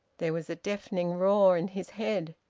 there was a deafening roar in his head.